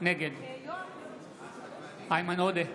נגד איימן עודה,